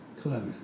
Clever